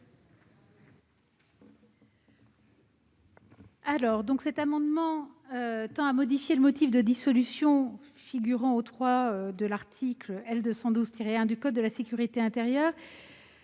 ? Cet amendement tend à modifier le motif de dissolution figurant au 3° de l'article L. 212-1 du code de la sécurité intérieure